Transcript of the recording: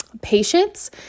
patience